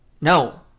No